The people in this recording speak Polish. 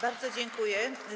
Bardzo dziękuję.